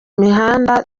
imihanda